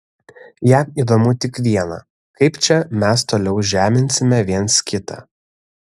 jam įdomu tik viena kaip čia mes toliau žeminsime viens kitą